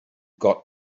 got